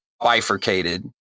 bifurcated